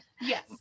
Yes